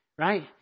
right